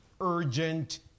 urgent